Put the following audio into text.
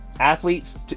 Athletes